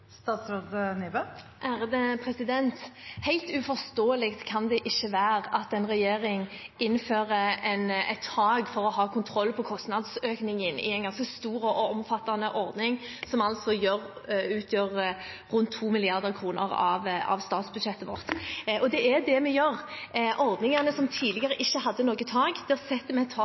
uforståelig kan det ikke være at en regjering innfører et tak for å ha kontroll på kostnadsøkningen i en ganske stor og omfattende ordning, som utgjør rundt 2 mrd. kr av statsbudsjettet vårt. Det er det vi gjør. I ordningene som tidligere ikke hadde noe tak, der setter vi et tak